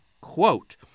quote